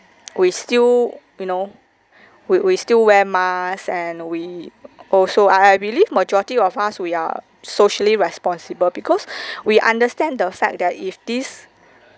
we still you know we we still wear masks and we also I I believe majority of us we are socially responsible because we understand the fact that if this